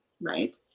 right